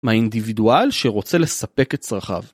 מהאינדיבידואל שרוצה לספק את צרכיו.